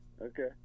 Okay